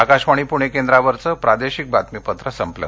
आकाशवाणी पुणे केंद्रावरचं प्रादेशिक बातमीपत्र संपलं